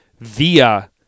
via